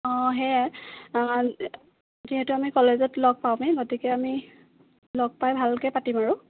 অঁ সেয়াই যিহেতু আমি কলেজত লগ পামেই গতিকে আমি লগপাই ভালকৈ পাতিম আৰু